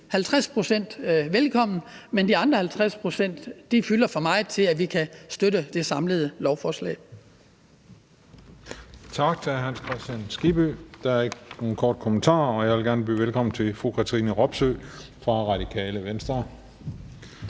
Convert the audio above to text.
forslaget velkommen, men de andre 50 pct. fylder for meget til, at vi kan støtte det samlede lovforslag.